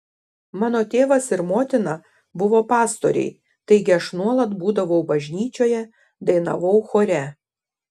mano tėvas ir motina buvo pastoriai taigi aš nuolat būdavau bažnyčioje dainavau chore